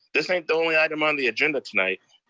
this ain't the only item on the agenda tonight.